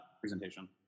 presentation